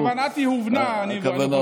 כוונתי הובנה, אני מקווה.